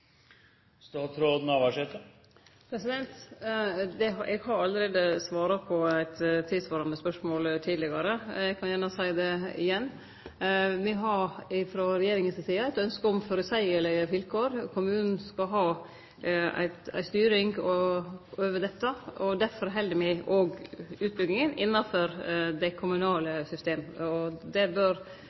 Eg har allereie svara på eit tilsvarande spørsmål tidlegare. Eg kan gjerne seie det igjen. Me har, frå regjeringa si side, eit ynske om føreseielege vilkår. Kommunen skal ha ei styring over dette, og derfor held me òg utbygginga innanfor det kommunale systemet. Eg trur det norske folket forstår kva forskjellen er, og eg trur det